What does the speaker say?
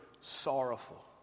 sorrowful